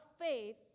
faith